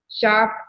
sharp